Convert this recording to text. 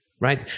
right